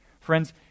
Friends